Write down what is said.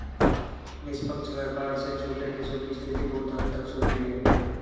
निष्पक्ष व्यापार से छोटे देशों की स्थिति बहुत हद तक सुधरी है